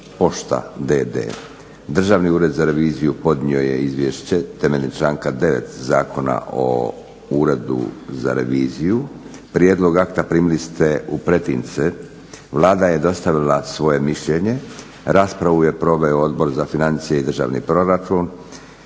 pošta d.d. Državni ured za reviziju podnio je Izvješće temeljem članka 9. Zakona o uredu za reviziju. Prijedlog akta primili ste u pretince, Vlada je dostavila svoje mišljenje. Raspravu je proveo Odbor za financije i Državni proračun.